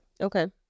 Okay